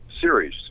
series